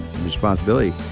responsibility